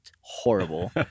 horrible